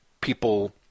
people